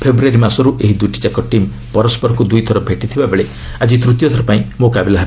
ଫେବୃୟାରୀ ମାସରୁ ଏହି ଦୁଇଟିଯାକ ଟିମ୍ ପରସରକୁ ଦୁଇଥର ଭେଟିଥିବା ବେଳେ ଆକି ତୃତୀୟ ଥର ପାଇଁ ମୁକାବିଲା ହେବ